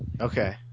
Okay